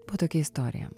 buvo tokia istorija